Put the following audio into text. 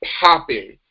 Popping